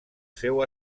seu